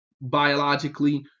biologically